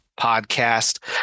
podcast